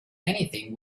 anything